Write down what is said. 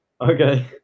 Okay